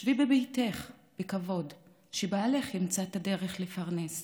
שבי בביתך בכבוד ושבעלך ימצא את הדרך לפרנס.